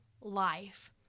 life